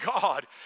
God